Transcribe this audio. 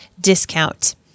discount